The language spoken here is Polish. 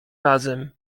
razem